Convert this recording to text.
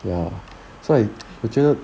ya so like 我觉得